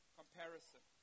comparison